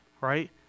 right